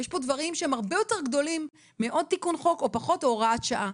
יש פה דברים שהם הרבה יותר גדולים מעוד תיקון חוק או פחות או הוראת שעה.